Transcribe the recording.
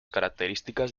características